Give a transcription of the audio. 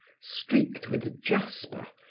streaked with jasper,